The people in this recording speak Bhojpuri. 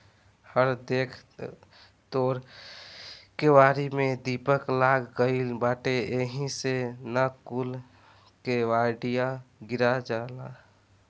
हइ देख तोर केवारी में दीमक लाग गइल बाटे एही से न कूल केवड़िया गिरल जाता